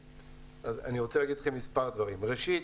אני רוצה להגיד לכם מספר דברים: ראשית,